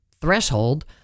threshold